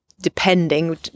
depending